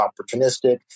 opportunistic